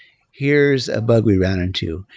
here's a bug we ran into.